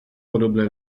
podobné